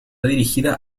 dirigida